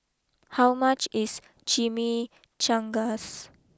how much is Chimichangas